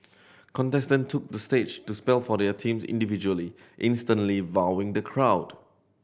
contestant took the stage to spell for their teams individually instantly wowing the crowd